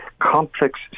complex